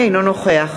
אינו נוכח